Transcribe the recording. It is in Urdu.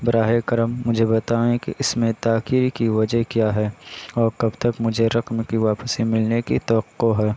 براہ کرم مجھے بتائیں کہ اس میں تاخیر کی وجہ کیا ہے اور کب تک مجھے رقم کی واپسی ملنے کی توقع ہے